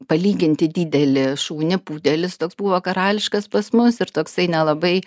palyginti didelį šunį pudelis toks buvo karališkas pas mus ir toksai nelabai